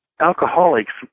alcoholics